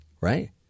right